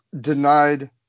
denied